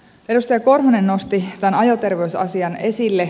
edustaja korhonen nosti tämän ajoterveysasian esille